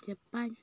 Japan